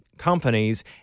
companies